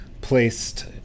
placed